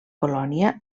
colònia